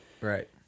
Right